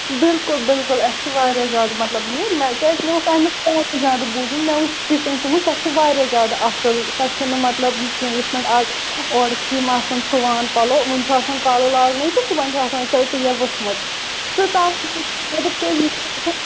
بِلکُل بِلکُل اَسہِ چھ واریاہ زیادٕ مَطلَب یہِ مےٚ کیازکہ مےٚ اوس امکۍ واریاہ زیادٕ بوٗزمُت مےٚ وٕچھ پِپِنٛگ تُہٕنٛز سۄ چھِ واریاہہ زیادٕ اصل سۄ چھَ نہٕ مَطلَب یہِ کینٛہہ یِتھ پٲنٛٹھ آز اورٕ چھِ یِم آسان سُوان پلو ونہ چھ آسان کالہٕ لاگنے صُبَن چھِ آسان سۄ ٹیب ؤژھمٕژ تہٕ